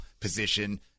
position